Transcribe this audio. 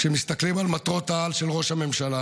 כשמסתכלים על מטרות-העל של ראש הממשלה